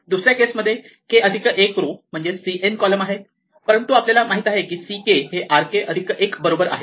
दुसऱ्या केस मध्ये k अधिक 1 रो c n कॉलम आहे परंतु आपल्याला माहित आहे की c k हे r k अधिक 1 बरोबर आहे